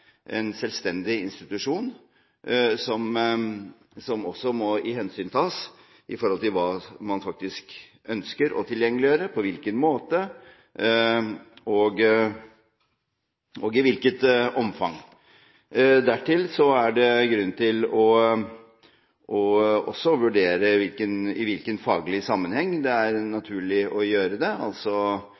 en selvstendig institusjon som det også må tas hensyn til med tanke på hva man faktisk ønsker å gjøre tilgjengelig, på hvilken måte og i hvilket omfang. Så er det grunn til også å vurdere i hvilken faglig sammenheng det er naturlig å gjøre dette, hva slags type presentasjon som vil være riktig å gjøre. Det